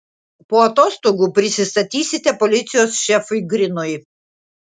po atostogų prisistatysite policijos šefui grinui